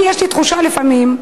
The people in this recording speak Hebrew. לי יש תחושה לפעמים,